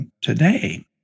today